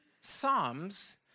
Psalms